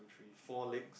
three four legs